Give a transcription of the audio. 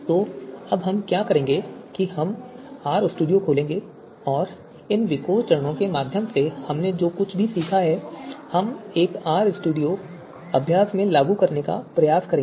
तो अब हम क्या करेंगे कि हम R स्टूडियो खोलेंगे और इन विकोर चरणों के माध्यम से हमने जो कुछ भी सीखा है हम एक R स्टूडियो अभ्यास में लागू करने का प्रयास करेंगे